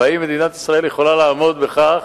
האם מדינת ישראל יכולה לעמוד בכך